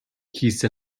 کیسه